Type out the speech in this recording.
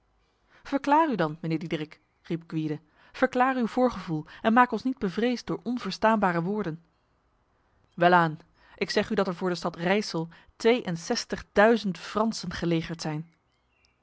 verklaar u dan mijnheer diederik riep gwyde verklaar uw voorgevoel en maak ons niet bevreesd door onverstaanbare woorden welaan ik zeg u dat er voor de stad rijsel tweeënzestigduizend fransen gelegerd zijn